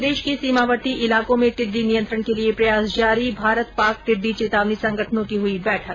प्रदेश के सीमावर्ती इलाकों में टिड्डी नियंत्रण के लिये प्रयास जारी भारत पाक टिड्डी चेतावनी संगठनों की हुई बैठक